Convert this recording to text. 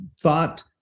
thought